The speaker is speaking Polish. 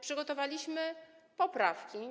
Przygotowaliśmy poprawki.